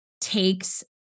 takes